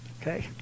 Okay